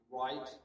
right